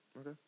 Okay